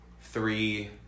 three